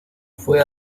fue